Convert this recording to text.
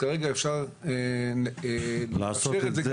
אפשר לעשות את זה